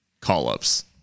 call-ups